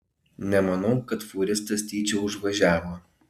nemanau kad fūristas tyčia užvažiavo